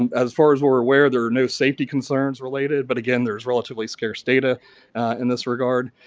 and as far as we're aware there were no safety concerns related, but again there's relatively scarce data in this regard.